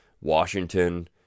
Washington